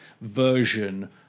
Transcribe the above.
version